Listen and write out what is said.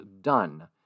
done